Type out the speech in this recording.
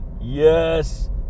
Yes